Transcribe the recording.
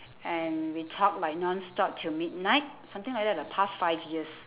and we talk like nonstop till midnight something like that the past five years